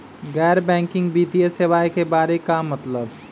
गैर बैंकिंग वित्तीय सेवाए के बारे का मतलब?